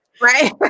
Right